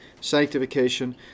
sanctification